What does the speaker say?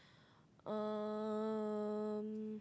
um